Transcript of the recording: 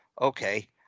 Okay